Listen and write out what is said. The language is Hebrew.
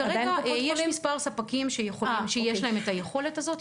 כרגע יש מספר ספקים שיש להם את היכולת הזאת,